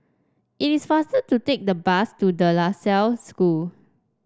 it is faster to take the bus to De La Salle School